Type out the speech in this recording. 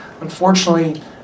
unfortunately